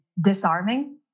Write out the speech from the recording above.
disarming